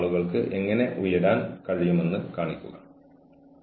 അതിനാൽ അനുസരണക്കേടിന്റെ കാരണം തെളിയിക്കാനുള്ള ഉത്തരവാദിത്തം ജീവനക്കാരനാണ്